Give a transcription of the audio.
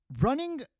running